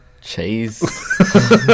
Cheese